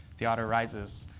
the otter rises.